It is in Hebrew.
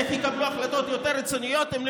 איך יקבלו החלטות יותר רציניות אם לא